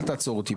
אל תעצור אותי,